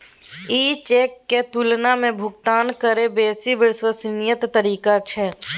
ई चेकक तुलना मे भुगतान केर बेसी विश्वसनीय तरीका छै